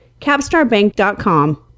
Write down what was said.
capstarbank.com